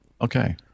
Okay